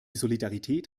solidarität